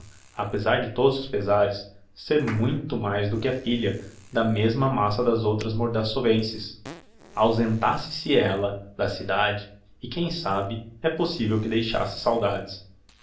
apezar de todos os pezares ser muito mais do que a filha da mesma massa das outras mordassovenses ausentasse se ella da cidade e quem sabe é possivel que deixasse saudades